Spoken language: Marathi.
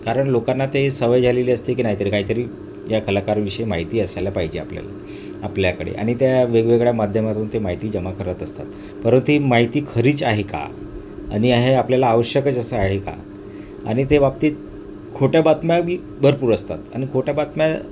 कारण लोकांना ते सवय झालेली असते की नाहीतरी काहीतरी या कलाकारविषयी माहिती असायला पाहिजे आपल्याला आपल्याकडे आणि त्या वेगवेगळ्या माध्यमातून ते माहिती जमा करत असतात परत ही माहिती खरीच आहे का आणि हे आपल्याला आवश्यकच असं आहे का आणि ते बाबतीत खोट्या बातम्या बी भरपूर असतात आणि खोट्या बातम्या